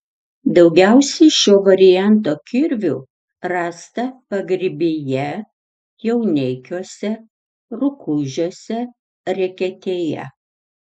daugiausiai šio varianto kirvių rasta pagrybyje jauneikiuose rukuižiuose reketėje